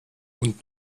und